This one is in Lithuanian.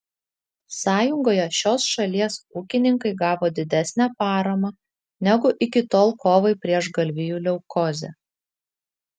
sąjungoje šios šalies ūkininkai gavo didesnę paramą negu iki tol kovai prieš galvijų leukozę